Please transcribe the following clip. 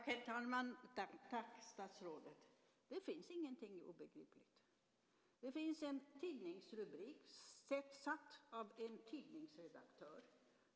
Herr talman! Det finns ingenting obegripligt. Det var en tidningsrubrik satt av en tidningsredaktör.